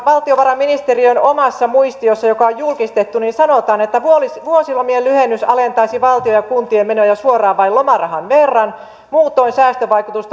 valtiovarainministeriön omassa muistiossa joka on julkistettu sanotaan että vuosilomien lyhennys alentaisi valtion ja kuntien menoja suoraan vain lomarahan verran muutoin säästövaikutus